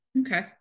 Okay